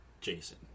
Jason